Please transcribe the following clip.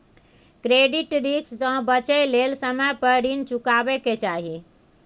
credit risk से बचइ लेल समय पर रीन चुकाबै के चाही